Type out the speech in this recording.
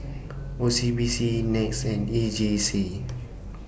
O C B C Nets and E J C